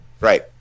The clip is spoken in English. Right